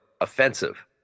offensive